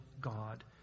God